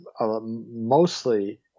mostly